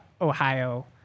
Ohio